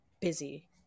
busy